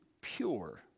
pure